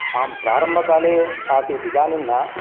आम् प्रारम्भकाले आसीत् इदानीं न